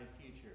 future